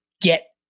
get